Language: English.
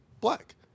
black